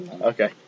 Okay